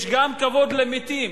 יש גם כבוד למתים,